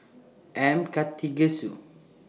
M Karthigesu